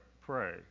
pray